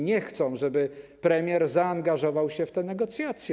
Nie chcą, żeby premier zaangażował się w te negocjacje.